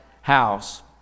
house